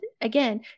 again